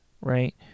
Right